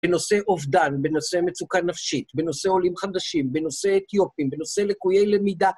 בנושא אובדן, בנושא מצוקה נפשית, בנושא עולים חדשים, בנושא אתיופים, בנושא לקויי למידה.